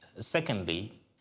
Secondly